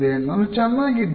ನಾನು ಚೆನ್ನಾಗಿದ್ದೇನೆ